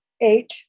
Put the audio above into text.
Eight